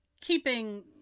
keeping